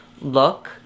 look